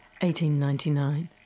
1899